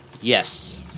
Yes